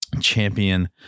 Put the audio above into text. champion